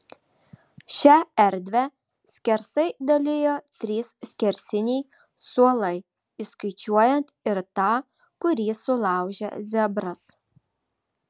šią erdvę skersai dalijo trys skersiniai suolai įskaičiuojant ir tą kurį sulaužė zebras